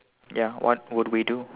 ya what would we do